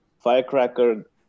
Firecracker